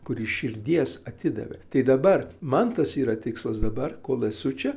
kur iš širdies atidavė tai dabar man tas yra tikslas dabar kol esu čia